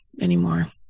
anymore